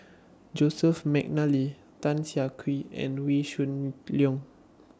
Joseph Mcnally Tan Siah Kwee and Wee Shoo Leong